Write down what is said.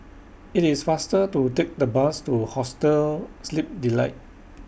IT IS faster to Take The Bus to Hostel Sleep Delight